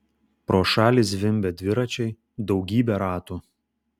pro šalį zvimbė dviračiai daugybė ratų